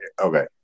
Okay